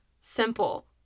simple